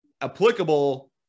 applicable